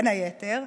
בין היתר,